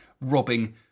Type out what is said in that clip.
robbing